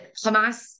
Hamas